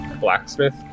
blacksmith